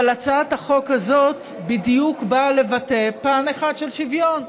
אבל הצעת החוק הזאת בדיוק באה לבטא פן אחד של שוויון.